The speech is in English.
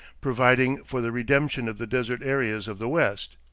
providing for the redemption of the desert areas of the west.